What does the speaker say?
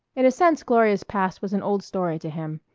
in a sense gloria's past was an old story to him.